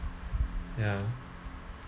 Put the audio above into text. ya